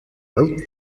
wrote